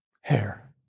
hair